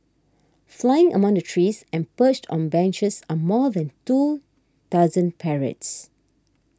flying among the trees and perched on benches are more than two dozen parrots